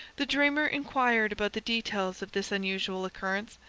the dreamer inquired about the details of this unusual occurrence,